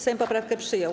Sejm poprawkę przyjął.